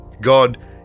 God